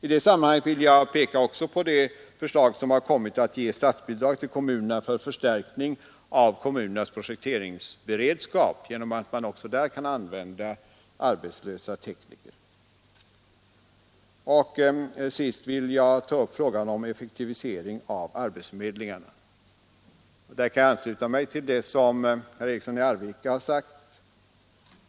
I det sammanhanget vill jag också peka på det förslag som framlagts om att ge statsbidrag till kommunerna för förstärkning av deras projekteringsberedskap genom att man också där kan använda arbetslösa tekniker. Till sist vill jag ta upp frågan om effektivisering av arbetsförmedlingarna. Där kan jag ansluta mig till det som herr Eriksson i Arvika har sagt.